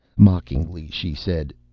mockingly she said,